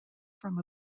from